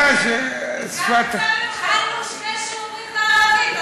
אני מקווה שהוא צודק.